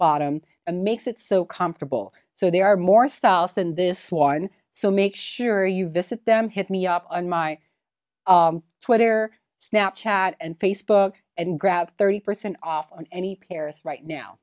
bottom and makes it so comfortable so they are more stylish than this one so make sure you visit them hit me up on my twitter snap chat and facebook and grab thirty percent off on any paris right now